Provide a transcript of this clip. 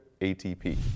ATP